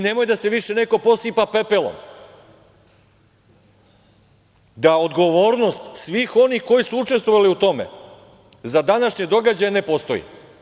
Nemoj da se više neko posipa pepelom, da odgovornost svih onih koji su učestvovali u tome za današnje događaje ne postoji.